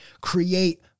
create